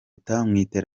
iterambere